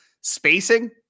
spacing